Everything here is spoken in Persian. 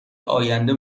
آینده